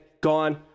gone